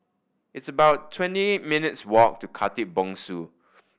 it's about twenty eight minutes' walk to Khatib Bongsu